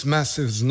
Massive